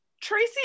Tracy